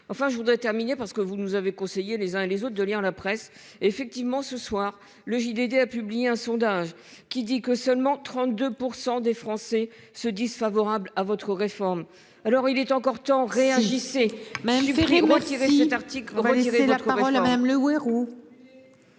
Enfin, je voudrais terminer parce que vous nous avez conseillé les uns et les autres, de lire la presse, effectivement ce soir, le JDD a publié un sondage qui dit que seulement 32% des Français se disent favorables à votre réforme, alors il est encore temps. Réagissez. Mais elle rire quoi qui reste cet article